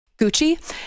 Gucci